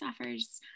offers